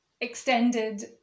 extended